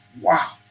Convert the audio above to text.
Wow